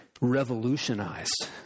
revolutionized